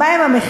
מה הם המחירים,